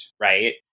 right